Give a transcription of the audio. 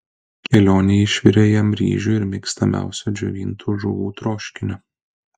kelionei išvirė jam ryžių ir mėgstamiausio džiovintų žuvų troškinio